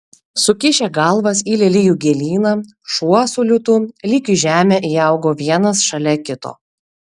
sukišę galvas į lelijų gėlyną šuo su liūtu lyg į žemę įaugo vienas šalia kito